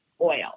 oil